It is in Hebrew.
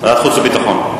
ועדת חוץ וביטחון.